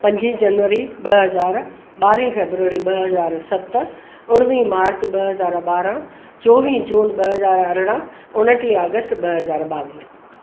पंजी जनवरी ॿ हज़ार ॿारहं फेबररी ॿ हज़ार सत उणिवीह मार्च ॿ हज़ार ॿारहं चोवीह जून ॿ हज़ार अरिड़हं उणटीह अगस्त ॿ हज़ार ॿावीह